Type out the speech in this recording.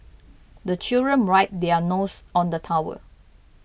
the children wipe their noses on the towel